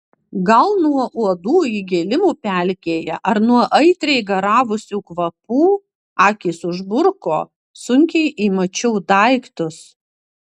gal nuo uodų įgėlimų pelkėje ar nuo aitriai garavusių kvapų akys užburko sunkiai įmačiau daiktus